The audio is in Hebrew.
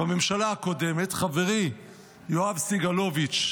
בממשלה הקודמת חברי יואב סגלוביץ',